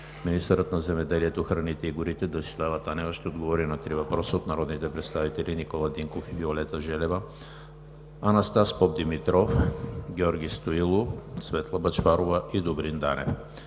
Министърът на земеделието, храните и горите Десислава Танева ще отговори на три въпроса от народните представители Никола Динков и Виолета Желева; Анастас Попдимитров; и Георги Стоилов, Светла Бъчварова и Добрин Данев.